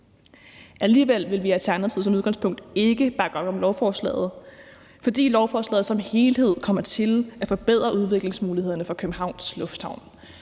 Alligevel vil vi i Alternativet som udgangspunkt ikke bakke op om lovforslaget, fordi lovforslaget som helhed kommer til at forbedre udviklingsmulighederne for Københavns Lufthavn.